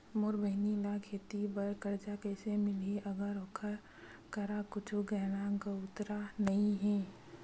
मोर बहिनी ला खेती बार कर्जा कइसे मिलहि, अगर ओकर करा कुछु गहना गउतरा नइ हे?